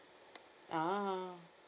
ah